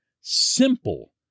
simple